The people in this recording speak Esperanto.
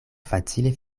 facile